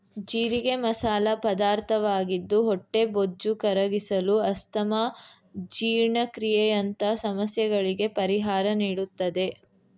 ಜೀರಿಗೆ ಮಸಾಲ ಪದಾರ್ಥವಾಗಿದ್ದು ಹೊಟ್ಟೆಬೊಜ್ಜು ಕರಗಿಸಲು, ಅಸ್ತಮಾ, ಜೀರ್ಣಕ್ರಿಯೆಯಂತ ಸಮಸ್ಯೆಗಳಿಗೆ ಪರಿಹಾರ ನೀಡುತ್ತದೆ